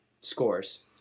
scores